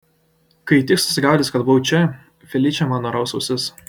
kai tik susigaudys kad buvau čia feličė man nuraus ausis